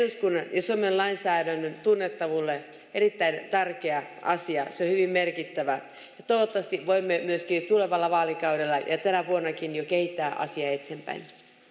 ja suomen lainsäädännön tunnettavuudelle erittäin tärkeä asia se on hyvin merkittävä toivottavasti voimme myöskin tulevalla vaalikaudella ja tänä vuonnakin jo kehittää asiaa eteenpäin